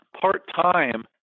part-time